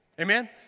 amen